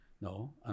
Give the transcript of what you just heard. No